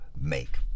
make